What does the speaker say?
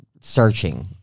searching